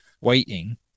waiting